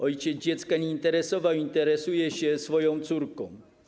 Ojciec dziecka nie interesował i nie interesuje się swoją córką.